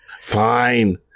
fine